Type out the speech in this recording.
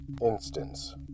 Instance